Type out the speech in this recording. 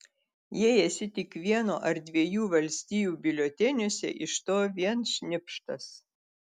jei esi tik vieno ar dviejų valstijų biuleteniuose iš to vien šnipštas